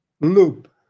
loop